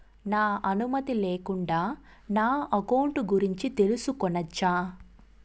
నా అనుమతి లేకుండా నా అకౌంట్ గురించి తెలుసుకొనొచ్చా?